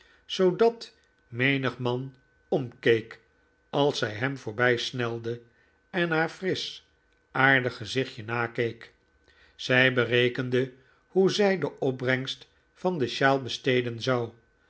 zoodat menige man omkeek als zij hem voorbijsnelde en haar frisch aardig gezichtje nakeek zij berekende hoe zij de opbrengst van de sjaal besteden zou